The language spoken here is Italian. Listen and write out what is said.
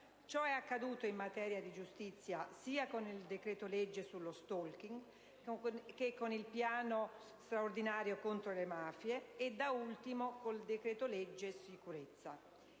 Ciò è accaduto, in materia di giustizia, sia per il decreto-legge sullo *stalking*, sia per il piano straordinario contro le mafie che, da ultimo, per il decreto-legge sicurezza.